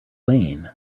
wayne